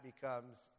becomes